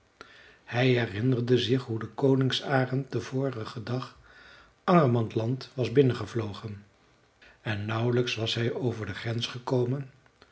hij herinnerde zich hoe de koningsarend den vorigen dag angermanland was binnengevlogen en nauwelijks was hij over de grens gekomen